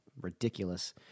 ridiculous